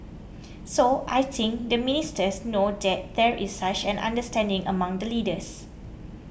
so I think the ministers know that there is such an understanding among the leaders